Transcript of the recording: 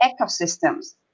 ecosystems